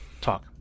Talk